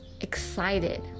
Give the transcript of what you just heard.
excited